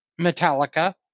Metallica